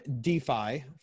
DeFi